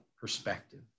perspective